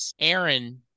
Aaron